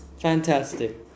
Fantastic